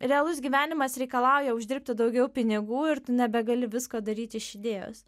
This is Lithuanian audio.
realus gyvenimas reikalauja uždirbti daugiau pinigų ir tu nebegali visko daryti iš idėjos